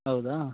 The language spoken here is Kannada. ಹೌದಾ